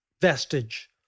vestige